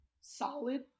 solid